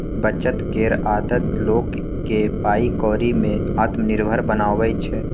बचत केर आदत लोक केँ पाइ कौड़ी में आत्मनिर्भर बनाबै छै